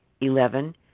Eleven